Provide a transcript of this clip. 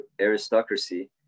aristocracy